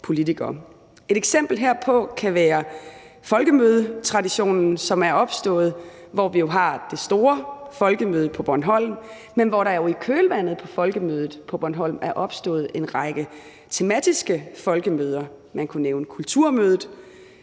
Et eksempel herpå kan være folkemødetraditionen, som er opstået. Vi har jo det store folkemøde på Bornholm, men i kølvandet på folkemødet på Bornholm er der jo opstået en række tematiske folkemøder. Man kunne nævne Kulturmødet,